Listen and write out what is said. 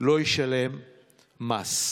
לא ישלם מס.